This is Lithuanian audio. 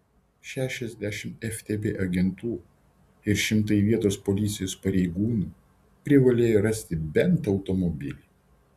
šešiasdešimt ftb agentų ir šimtai vietos policijos pareigūnų privalėjo rasti bent automobilį